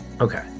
Okay